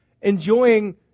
enjoying